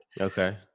Okay